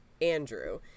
andrew